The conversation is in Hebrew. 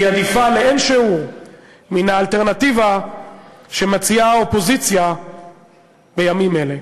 היא עדיפה לאין שיעור מן האלטרנטיבה שמציעה האופוזיציה בימים אלה.